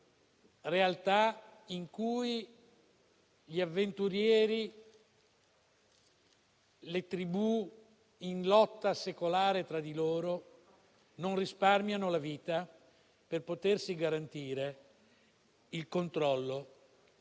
realtà, in cui gli avventurieri e le tribù in lotta secolare tra di loro non risparmiano la vita per potersi garantire il controllo